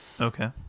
okay